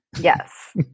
Yes